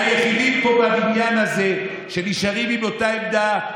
היחידים פה בבניין הזה שנשארים עם אותה עמדה,